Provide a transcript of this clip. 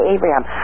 Abraham